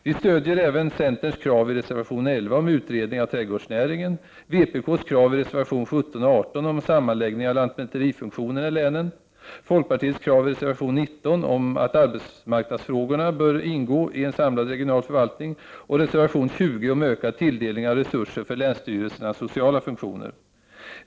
Vi stöder även centerns krav i reservation 11 om utredning av trädgårdsnäringen, vpk:s krav i reservationerna 17 och 18 om sammanläggning av lantmäterifunktionerna i länen, folkpartiets krav i reservation 19 om att arbetsmarknadsfrågorna bör ingå i en samlad regional förvaltning och reservation 20 om ökad tilldelning av resurser för länsstyrelsernas sociala funktioner.